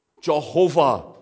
Jehovah